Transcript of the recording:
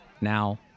Now